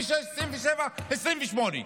2026, 2027,